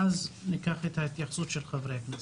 ואז נשמע את התייחסות חברי הכנסת.